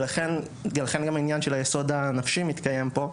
ולכן גם העניין של היסוד הנפשי מתקיים פה,